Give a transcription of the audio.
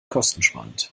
kostensparend